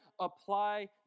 apply